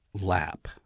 lap